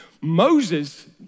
Moses